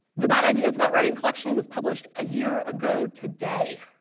the bad ideas about writing collection was published a year ago today